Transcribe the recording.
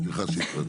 סליחה שהפרעתי.